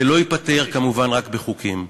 זה לא ייפתר כמובן רק בחוקים.